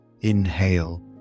inhale